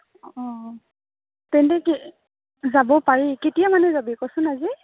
অঁ তেন্তে কি যাব পাৰি কেতিয়া মানে যাবি ক'চোন আজি